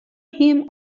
him